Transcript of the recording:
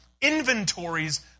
inventories